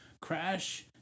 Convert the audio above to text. crash